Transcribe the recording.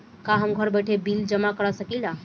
का हम घर बइठे बिल जमा कर शकिला?